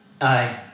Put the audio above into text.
Aye